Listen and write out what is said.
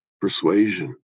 persuasion